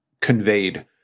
conveyed